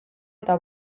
eta